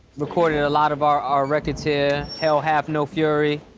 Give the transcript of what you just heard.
recorded a lot of our our records here, hell hath no fury.